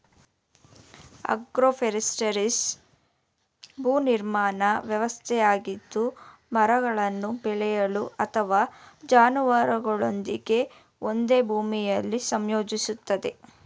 agroforestry ಭೂ ನಿರ್ವಹಣಾ ವ್ಯವಸ್ಥೆಯಾಗಿದ್ದು ಮರವನ್ನು ಬೆಳೆಗಳು ಅಥವಾ ಜಾನುವಾರುಗಳೊಂದಿಗೆ ಒಂದೇ ಭೂಮಿಲಿ ಸಂಯೋಜಿಸ್ತದೆ